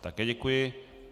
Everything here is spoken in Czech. Také děkuji.